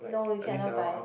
no you cannot buy